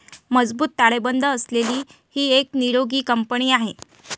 मजबूत ताळेबंद असलेली ही एक निरोगी कंपनी आहे